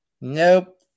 Nope